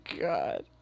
God